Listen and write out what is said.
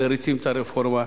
מריצים את הרפורמה.